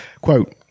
quote